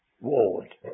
ward